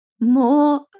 more